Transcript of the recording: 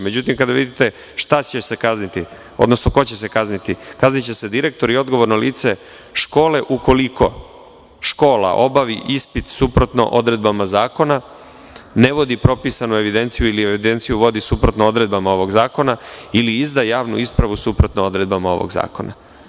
Međutim, kada vidite šta će se kazniti, odnosno ko će se kazniti, kazniće se direktor i odgovorno lice škole ukoliko škola obavi ispit suprotno odredbama zakona, ne vodi propisanu evidenciju, evidenciju vodi suprotno odredbama ovog zakona ili izda javnu ispravu suprotno odredbama ovog zakona.